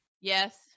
Yes